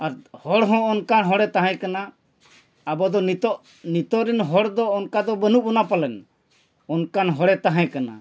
ᱟᱨ ᱦᱚᱲ ᱦᱚᱸ ᱚᱱᱠᱟᱱ ᱦᱚᱲᱮ ᱛᱟᱦᱮᱸ ᱠᱟᱱᱟ ᱟᱵᱚ ᱫᱚ ᱱᱤᱛᱳᱜ ᱱᱤᱛᱳᱜ ᱨᱮᱱ ᱦᱚᱲ ᱫᱚ ᱚᱱᱠᱟ ᱫᱚ ᱵᱟᱹᱱᱩᱜ ᱵᱚᱱᱟ ᱯᱟᱞᱮᱱ ᱚᱱᱠᱟᱱ ᱦᱚᱲᱮ ᱛᱟᱦᱮᱸ ᱠᱟᱱᱟ